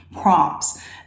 prompts